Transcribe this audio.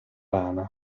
rana